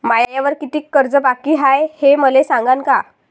मायावर कितीक कर्ज बाकी हाय, हे मले सांगान का?